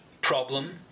problem